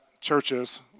churches